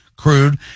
Crude